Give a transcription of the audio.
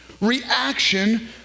reaction